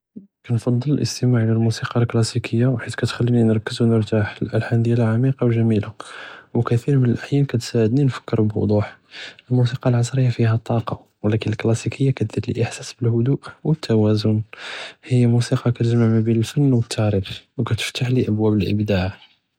כנפצ׳ל אלאסתמע אלא מוסיקא אלקלסיקיה חית כתכליני נרכז ו נרתאח ו אלאלחאן דיאלהא עמיקא ו ג׳מילה, ו כתיר מן אלאחיאן כתחאעדני נפכּר בוד׳וח, אלמוסיקא אלעצריה פיהא טאקה ו אבלאכן אלקלסיקיה כדיר לי אחהס בּאלהדוא ו אלתואזן, היא מוסיקא כתג׳מע מא בין אלפן ו אלתאריח ו כתפתח ליא אבואב אלאִבְּדאע.